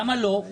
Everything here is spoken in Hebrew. למה לא?